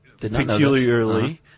peculiarly